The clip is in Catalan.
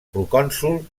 procònsol